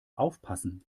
aufpassen